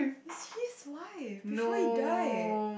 is his wife before he die